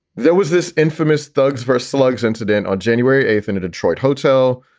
there was this infamous thugs vs. slugs incident on january eighth in a detroit hotel.